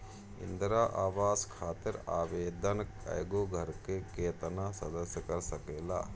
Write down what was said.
इंदिरा आवास खातिर आवेदन एगो घर के केतना सदस्य कर सकेला?